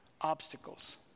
obstacles